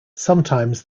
sometimes